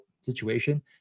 situation